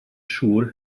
siŵr